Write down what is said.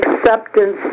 acceptance